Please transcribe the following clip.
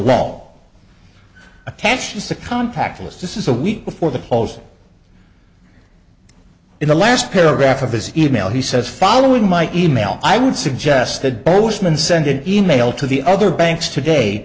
list this is a week before the post in the last paragraph of his email he says following my email i would suggest that boseman send an email to the other banks today